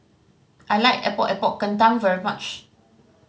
I like Epok Epok Kentang very much